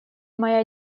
моя